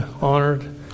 honored